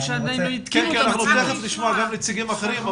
אנחנו תכף נשמע גם נציגים אחרים.